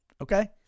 okay